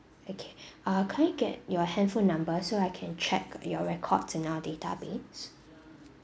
okay uh can I get your handphone number so I can check your records in our database